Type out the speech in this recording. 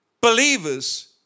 believers